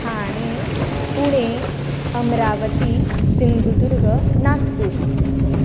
Thane Pune Amravati Sindhudurg Nagpur